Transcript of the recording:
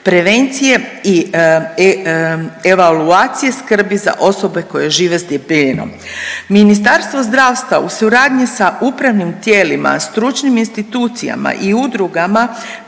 prevencije i evaluacije skrbi za osobe koje žive s debljinom. Ministarstvo zdravstva u suradnji sa upravnim tijelima, stručnim institucijama i udrugama